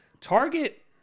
Target